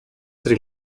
sri